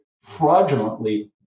fraudulently